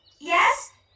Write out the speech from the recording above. Yes